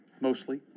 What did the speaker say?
mostly